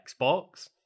Xbox